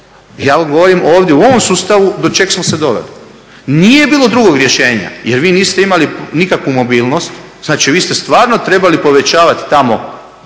ja vam govorim ovdje u ovom sustavu do čeg smo se doveli. Nije bilo drugog rješenja, jer vi niste imali nikakvu mobilnost. Znači, vi ste stvarno trebali povećavati tamo